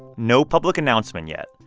no public announcement yet,